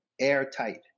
airtight